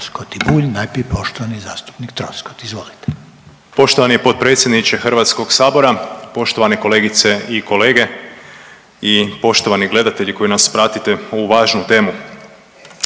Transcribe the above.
Poštovani potpredsjedniče HS-a, poštovane kolegice i kolege i poštovani gledatelji koji nas pratite, ovu važnu temu.